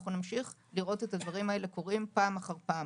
נמשיך לראות את הדברים האלה קורים פעם אחר פעם.